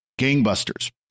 gangbusters